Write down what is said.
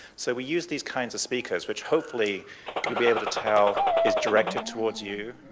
so we used these kinds of speakers which hopefully you'll be able to tell is directed towards you,